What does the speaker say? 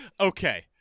Okay